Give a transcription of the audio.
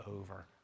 over